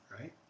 right